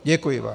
Děkuji vám.